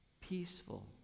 peaceful